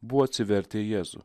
buvo atsivertę į jėzų